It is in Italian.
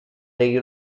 dei